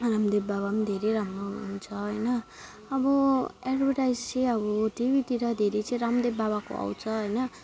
रामदेव बाबा पनि धेरै राम्रो हुनुहुन्छ होइन अब एडभर्टाइज चाहिँ अब टिभीतिर धेरै चाहिँ रामदेव बाबाको आउँछ होइन